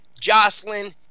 Jocelyn